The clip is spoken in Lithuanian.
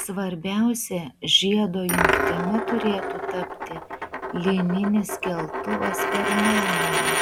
svarbiausia žiedo jungtimi turėtų tapti lyninis keltuvas per nemuną